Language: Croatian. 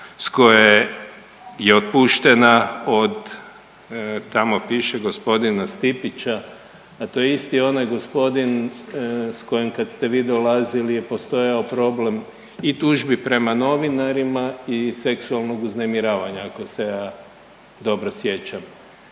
s kojeg je otpuštena od tamo piše gospodina Stipića? A to je isti onaj gospodin s kojim kada ste vi dolazili je postojao problem i tužbi prema novinarima i seksualnog uznemiravanja ako se ja dobro sjećam.